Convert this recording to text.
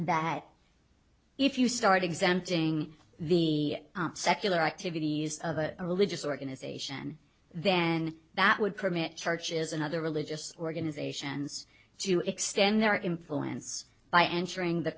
that if you start exempting the secular activities of a religious organization then that would permit churches and other religious organizations to extend their influence by ensuring the